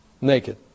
naked